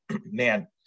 man